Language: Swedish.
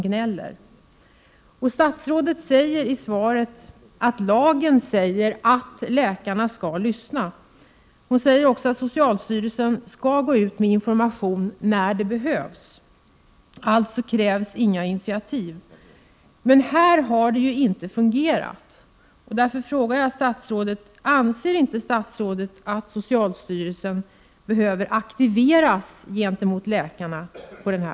Avser statsrådet att ta initiativ till att läkarna blir mer uppmärksammade på sjukdomsgrupper, t.ex. primär fibromyalgi, för att minska patienternas lidande och få dem att bli tagna på allvar?